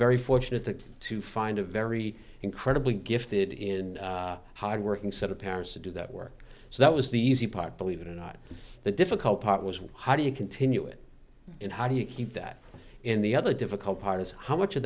very fortunate to find a very incredibly gifted in hard working set of parents to do that work so that was the easy part believe it or not the difficult part was how do you continue it and how do you keep that in the other difficult part is how much of